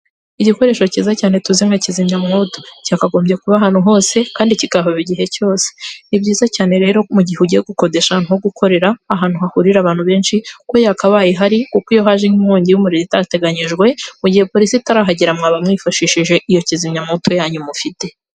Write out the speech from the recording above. Igikoresho cyiza cyane tuzi nka kizimyamwoto, cyakagombye kuba ahantu hose kandi kikahaba igihe cyose. Ni byiza cyane rero mu gihe ugiye gukodesha nko gukorera ahantu hahurira abantu benshi ko yakabaye ihari kuko iyo haje nk'inkongi y'umuriro itateganyijwe mu gihe polisi itarahagera, mwaba mwifashishije iyo kizimyamwotou yanyu mufite.